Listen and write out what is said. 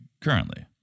currently